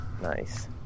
Nice